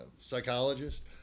psychologist